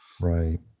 right